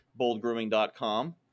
boldgrooming.com